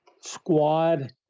squad